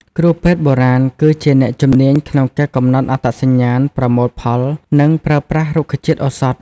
គ្រូពេទ្យបុរាណ គឺជាអ្នកជំនាញក្នុងការកំណត់អត្តសញ្ញាណ ប្រមូលផល និងប្រើប្រាស់រុក្ខជាតិឱសថ។